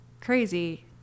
crazy